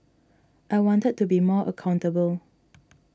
I wanted to be more accountable